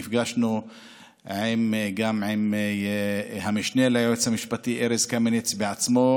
ונפגשנו גם עם המשנה ליועץ המשפטי ארז קמיניץ בעצמו.